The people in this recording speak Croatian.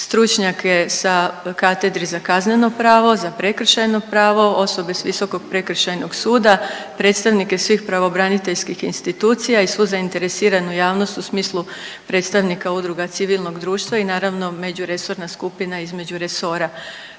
stručnjake sa katedri za kazneno pravo, za prekršajno pravo, osobe s Visokog prekršajnog suda, predstavnike svih pravobraniteljskih institucija i svu zainteresiranu javnost u smislu predstavnika udruga civilnog društva i naravno međuresorna skupina između resora.